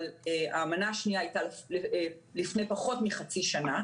אבל המנה השנייה הייתה לפני פחות מחצי שנה.